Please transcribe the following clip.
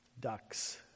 Ducks